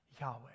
Yahweh